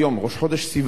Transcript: ראש חודש סיוון,